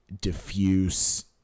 diffuse